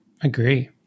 agree